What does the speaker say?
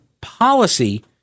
policy